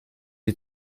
die